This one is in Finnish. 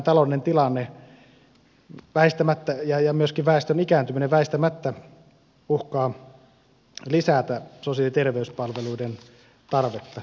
tällainen taloudellinen tilanne väistämättä ja myöskin väestön ikääntyminen väistämättä uhkaavat lisätä sosiaali ja terveyspalveluiden tarvetta